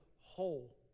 whole